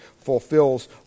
fulfills